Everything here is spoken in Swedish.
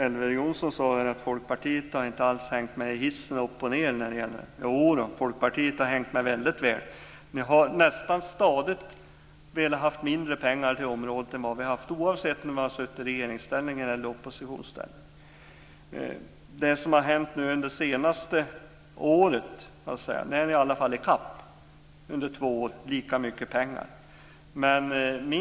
Elver Jonsson sade att Folkpartiet inte alls har hängt med när det har gått uppåt och nedåt. Jo då, Folkpartiet har hängt med väldigt väl. Ni har nästan genomgående velat anslå mindre pengar på det här området än vi, oavsett om ni har varit i regeringsställning eller i oppositionsställning. Det som har hänt under de senaste två åren är att vi har hunnit i kapp och har haft lika mycket pengar som ni.